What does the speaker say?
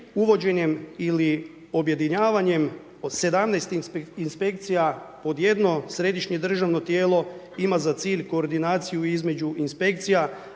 uvođenjem ili objedinjavanjem od 17 inspekcija, odjednom središnje državno tijelo, ima za cilj koordinaciju između inspekcija,